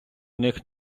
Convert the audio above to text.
них